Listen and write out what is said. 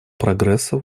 прогресса